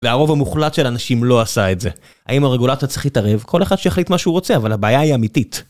והרוב המוחלט של האנשים לא עשה את זה. האם הרגולטור צריך להתערב? כל אחד שיחליט מה שהוא רוצה, אבל הבעיה היא אמיתית.